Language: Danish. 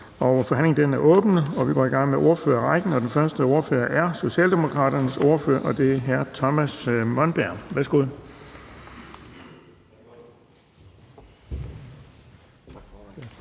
Bonnesen): Forhandlingen er åbnet, og vi går i gang med ordførerrækken, og den første ordfører er Socialdemokraternes ordfører, hr. Thomas Monberg. Værsgo.